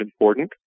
important